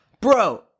bro